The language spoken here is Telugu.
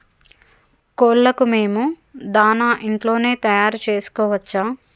కోళ్లకు మేము దాణా ఇంట్లోనే తయారు చేసుకోవచ్చా?